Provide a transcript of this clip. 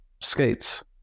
skates